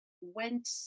went